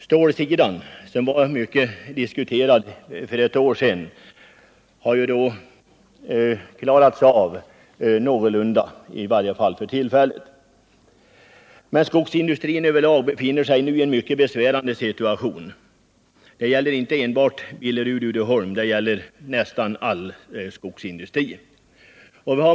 Stålsidan, som var mycket diskuterad för ett år sedan, har man klarat av någorlunda, i varje fall för tillfället. Men skogsindustrin över lag befinner sig ju i en mycket besvärande situation. Det gäller inte enbart Billerud Uddeholm AB -— det gäller nästan all skogsindustri.